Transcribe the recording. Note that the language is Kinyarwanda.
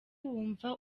wumva